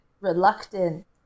reluctant